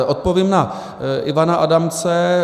Odpovím na Ivana Adamce.